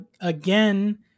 again